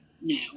now